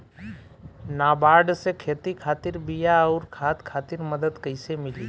नाबार्ड से खेती खातिर बीया आउर खाद खातिर मदद कइसे मिली?